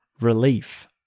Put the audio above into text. relief